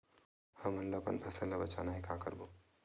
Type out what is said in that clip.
हमन ला अपन फसल ला बचाना हे का करबो?